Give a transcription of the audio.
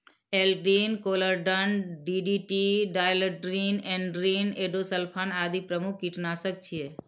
Aldrin, chlordane, DDT, dieldrin, endrin, endosulfan आदि प्रमुख कीटनाशक छियै